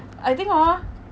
I think hor